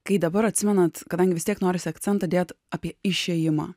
kai dabar atsimenat kadangi vis tiek norisi akcentą dėt apie išėjimą